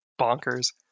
bonkers